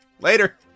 Later